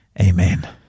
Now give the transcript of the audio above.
Amen